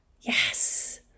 Yes